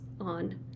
on